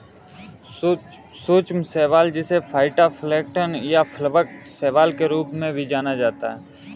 सूक्ष्म शैवाल जिसे फाइटोप्लैंक्टन या प्लवक शैवाल के रूप में भी जाना जाता है